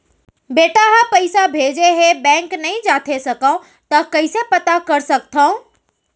बेटा ह पइसा भेजे हे बैंक नई जाथे सकंव त कइसे पता कर सकथव?